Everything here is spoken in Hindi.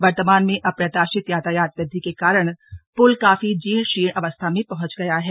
वर्तमान में अप्रत्याशित यातायात वृद्धि के कारण पुल काफी जीर्ण शीर्ण अवस्था में पहुंच गया है